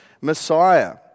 Messiah